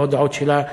בהודעות שלה,